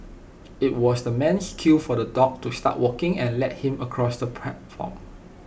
IT was the man's cue for the dog to start walking and lead him across the platform